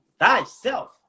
Thyself